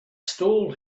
stall